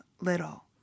little